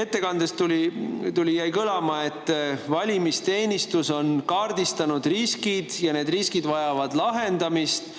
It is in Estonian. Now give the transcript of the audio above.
Ettekandest jäi kõlama, et valimisteenistus on kaardistanud riskid ja need riskid vajavad lahendamist,